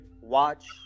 watch